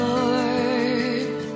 Lord